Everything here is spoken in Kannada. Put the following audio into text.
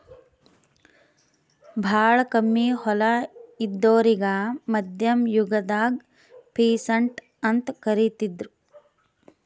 ಭಾಳ್ ಕಮ್ಮಿ ಹೊಲ ಇದ್ದೋರಿಗಾ ಮಧ್ಯಮ್ ಯುಗದಾಗ್ ಪೀಸಂಟ್ ಅಂತ್ ಕರಿತಿದ್ರು